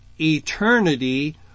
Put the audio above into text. eternity